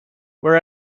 what